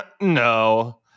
No